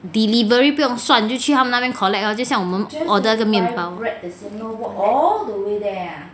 delivery 不用算就去他们那边 collect lor 就像我们 order 那个面包